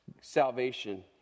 salvation